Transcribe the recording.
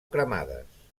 cremades